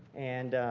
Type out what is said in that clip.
and,